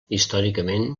històricament